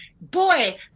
Boy